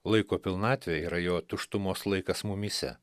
laiko pilnatvė yra jo tuštumos laikas mumyse